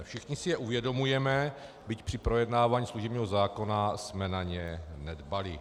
Všichni se je uvědomujeme, byť při projednávání služebního zákona jsme na ně nedbali.